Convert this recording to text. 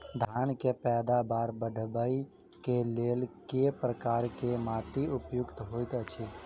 धान केँ पैदावार बढ़बई केँ लेल केँ प्रकार केँ माटि उपयुक्त होइत अछि?